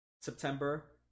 September